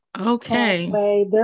Okay